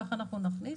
כך אנחנו נכניס.